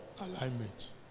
Alignment